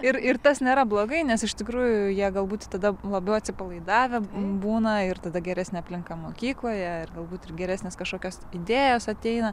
ir ir tas nėra blogai nes iš tikrųjų jie galbūt tada labiau atsipalaidavę būna ir tada geresnė aplinka mokykloje galbūt ir geresnės kažkokios idėjos ateina